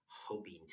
hoping